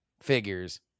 figures